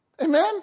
Amen